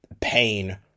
pain